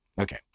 Okay